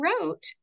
wrote